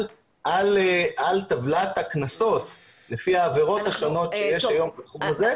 על טבלת הקנסות לפי העבירות השונות שיש היום בתחום הזה,